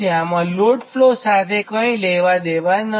આમાં load flow સાથે કંઇ લેવા દેવા નથી